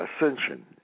ascension